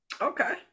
Okay